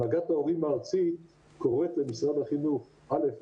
הנהגת ההורים הארצית קוראת למשרד החינוך א.